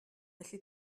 felly